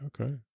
Okay